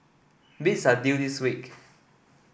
bids are due this week